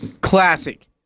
Classic